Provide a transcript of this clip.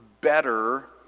better